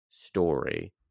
story